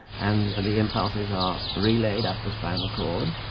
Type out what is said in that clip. and the impulses are relayed up the spinal cord.